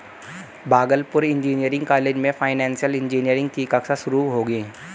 Bhagalpur engineering college में financial engineering की कक्षा शुरू होगी